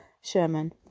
Sherman